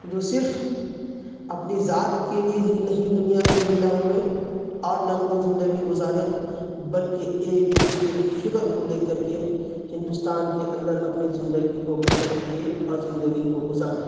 جو صرف اپنی ذات کے لیے ہی نہیں دنیا میں زندہ ہوئے اور نہ اپنی زندگی گزارے بلکہ ایک دوسرے کی فکر کو لے کر کے ہندوستان کے اندر اپنی زندگی کو بسر کیے اور زندگی کو گزارے